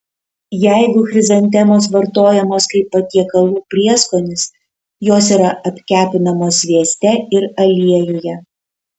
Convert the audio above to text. jeigu chrizantemos vartojamos kaip patiekalų prieskonis jos yra apkepinamos svieste ir aliejuje